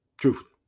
Truthfully